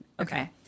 okay